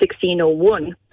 1601